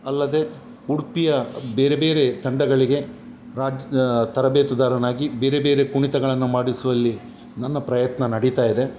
ಅಲ್ಲದೇ ಉಡುಪಿಯ ಬೇರೆ ಬೇರೆ ತಂಡಗಳಿಗೆ ರಾಜ್ಯ ತರಬೇತುದಾರನಾಗಿ ಬೇರೆ ಬೇರೆ ಕುಣಿತಗಳನ್ನು ಮಾಡಿಸುವಲ್ಲಿ ನನ್ನ ಪ್ರಯತ್ನ ನಡಿತಾಯಿದೆ